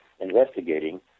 investigating